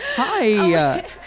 Hi